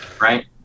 Right